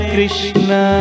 Krishna